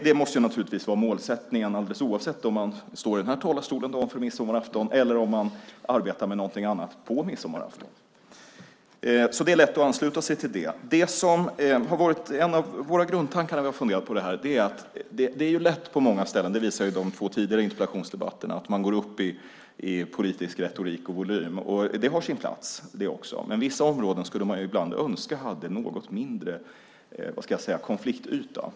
Det måste naturligtvis vara målet - alldeles oavsett om man dagen före midsommarafton står i denna talarstol eller om man på midsommarafton arbetar med någonting annat - så det är lätt att ansluta sig till det. En av våra grundtankar när vi funderat på det här är att man på många områden, som de två tidigare interpellationsdebatterna visat, går upp i politisk retorik och volym. Också det har sin plats. Men vissa områden skulle man ibland önska hade en något mindre konfliktyta.